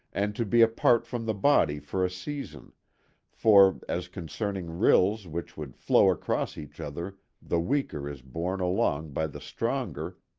and to be apart from the body for a season for, as concerning rills which would flow across each other the weaker is borne along by the stronger,